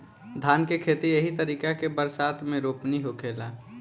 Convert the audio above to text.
धान के खेती एही तरीका के बरसात मे रोपनी होखेला